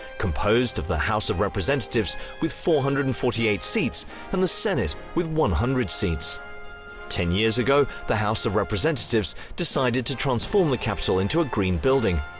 composed of the house of representatives with four hundred and forty eight seats and the senate with one hundred seats ten years ago, the house of representatives decided to transform the capitol into a green building,